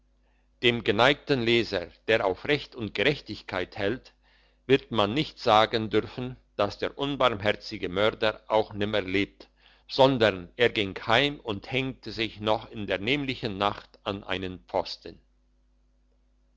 dem geneigten leser der auf recht und gerechtigkeit hält wird man nicht sagen dürfen dass der unbarmherzige mörder auch nimmer lebt sondern er ging heim und henkte sich noch in der nämlichen nacht an einen pfosten